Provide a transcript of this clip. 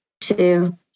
two